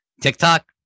TikTok